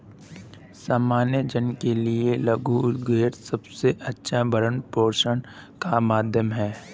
सामान्य जन के लिये लघु उद्योग सबसे अच्छा भरण पोषण का माध्यम है